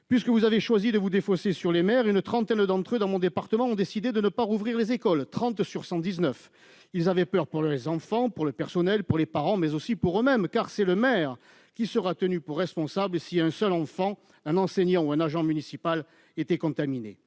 Puisque vous avez choisi de vous défausser sur les maires, une trentaine d'entre eux sur cent dix-neuf, dans mon département, ont décidé de ne pas rouvrir les écoles. Ils ont peur pour les enfants, pour le personnel, pour les parents, mais aussi pour eux-mêmes, car c'est le maire qui sera tenu pour responsable si un seul enfant, enseignant ou agent municipal est contaminé